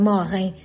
Morrem